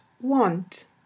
want